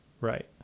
Right